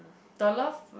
the love